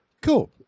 Cool